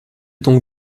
donc